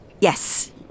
Yes